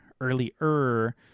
earlier